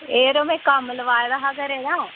एह् जरो में कम्म लोआए दा हा घरै दा